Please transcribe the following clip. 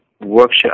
workshop